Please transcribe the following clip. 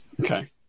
Okay